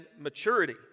maturity